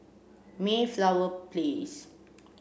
Mayflower Place